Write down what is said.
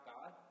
God